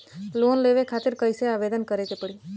Loan लेवे खातिर कइसे आवेदन करें के पड़ी?